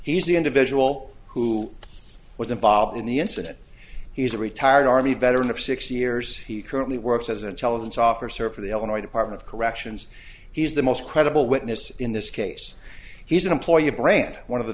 he's the individual who was involved in the incident he's a retired army veteran of six years he currently works as an intelligence officer for the illinois department of corrections he's the most credible witness in this case he's an employee of brand one of the